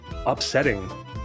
upsetting